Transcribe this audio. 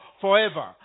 forever